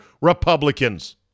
Republicans